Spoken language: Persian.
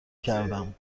کردم